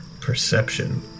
Perception